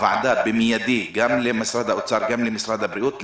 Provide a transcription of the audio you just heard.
באופן מידי גם למשרד האוצר וגם למשרד הבריאות.